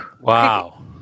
Wow